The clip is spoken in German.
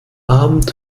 abend